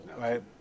Right